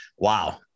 Wow